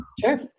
Sure